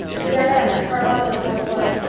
to diana, charlotta the fourth was,